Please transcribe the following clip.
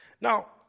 Now